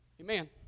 Amen